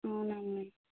అవునండి